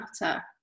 matter